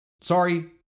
sorry